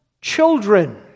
children